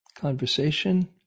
conversation